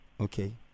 okay